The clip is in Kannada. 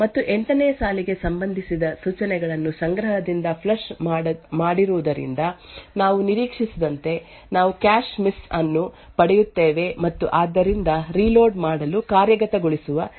ಮತ್ತು 8 ನೇ ಸಾಲಿಗೆ ಸಂಬಂಧಿಸಿದ ಸೂಚನೆಗಳನ್ನು ಸಂಗ್ರಹದಿಂದ ಫ್ಲಶ್ ಮಾಡಿರುವುದರಿಂದ ನಾವು ನಿರೀಕ್ಷಿಸಿದಂತೆ ನಾವು ಕ್ಯಾಶ್ ಮಿಸ್ ಅನ್ನು ಪಡೆಯುತ್ತೇವೆ ಮತ್ತು ಆದ್ದರಿಂದ ರೀಲೋಡ್ ಮಾಡಲು ಕಾರ್ಯಗತಗೊಳಿಸುವ ಸಮಯವು ಗಣನೀಯವಾಗಿ ದೊಡ್ಡದಾಗಿರುತ್ತದೆ